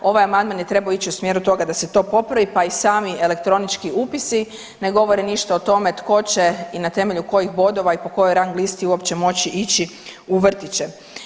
Ovaj amandman je trebao ići u smjeru toga da se to popravi, pa i sami elektronički upisi ne govore ništa o tome tko će i na temelju kojih bodova i po kojoj rang listi uopće moći ići u vrtiće.